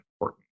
important